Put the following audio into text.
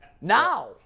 now